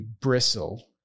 bristle